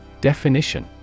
Definition